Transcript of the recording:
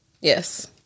yes